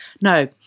no